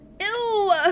Ew